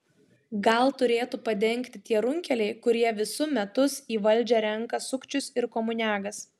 gal turėtų padengti tie runkeliai kurie visu metus į valdžią renka sukčius ir komuniagas